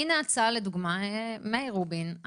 הנה הצעה לדוגמה: מאיר רובין,